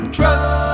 Trust